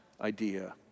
idea